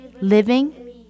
living